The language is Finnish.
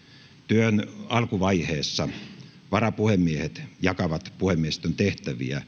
työn alkuvaiheessa varapuhemiehet jakavat puhemiehistön tehtäviä